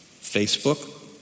Facebook